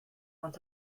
want